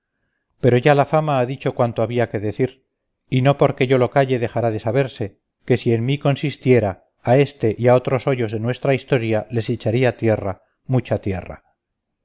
pero ya la fama ha dicho cuanto había que decir y no porque yo lo calle dejará de saberse que si en mí consistiera a este y a otros hoyos de nuestra historia les echaría tierra mucha tierra